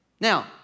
Now